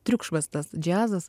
triukšmas tas džiazas